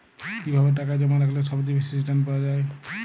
কিভাবে টাকা জমা রাখলে সবচেয়ে বেশি রির্টান পাওয়া য়ায়?